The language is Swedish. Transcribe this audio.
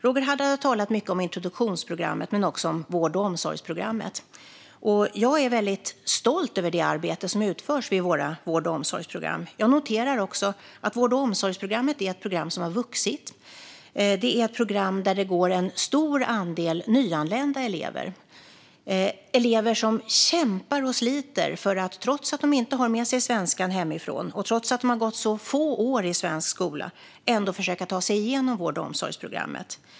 Roger Haddad har talat mycket om introduktionsprogrammet men också om vård och omsorgsprogrammet. Jag är väldigt stolt över det arbete som utförs vid våra vård och omsorgsprogram. Jag noterar också att vård och omsorgsprogrammet har vuxit. Det är ett program där det går en stor andel nyanlända elever. Det är elever som kämpar och sliter för att, trots att de inte har med sig svenskan hemifrån och trots att de har gått få år i svensk skola, försöka ta sig igenom vård och omsorgsprogrammet.